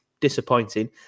disappointing